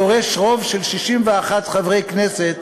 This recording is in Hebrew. הדורש רוב של 61 חברי כנסת,